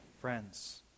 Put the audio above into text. friends